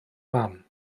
paham